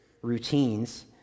routines